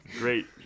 Great